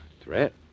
threat